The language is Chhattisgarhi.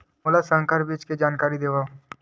मोला संकर बीज के जानकारी देवो?